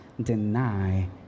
deny